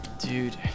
Dude